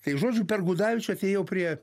tai žodžiu per gudavičių atėjau prie